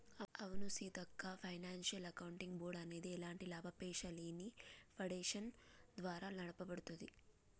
అవును Seethakka financial accounting board అనేది ఎలాంటి లాభాపేక్షలేని ఫాడేషన్ ద్వారా నడపబడుతుంది